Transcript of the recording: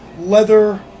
leather